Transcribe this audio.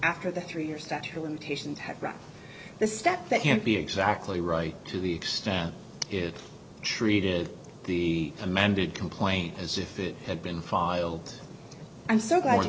run the step that can't be exactly right to the extent is treated the amended complaint as if it had been filed i'm so glad